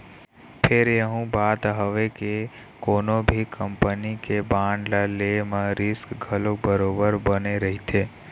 फेर यहूँ बात हवय के कोनो भी कंपनी के बांड ल ले म रिस्क घलोक बरोबर बने रहिथे